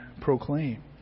proclaim